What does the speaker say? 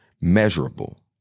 measurable